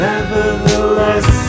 Nevertheless